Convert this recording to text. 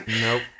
Nope